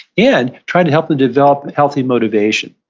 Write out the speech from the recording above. and trying to help them develop healthy motivation.